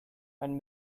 mein